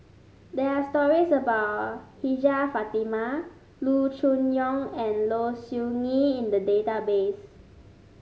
there are stories about Hajjah Fatimah Loo Choon Yong and Low Siew Nghee in the database